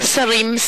שרים,